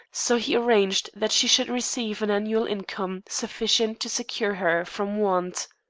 so he arranged that she should receive an annual income sufficient to secure her from want.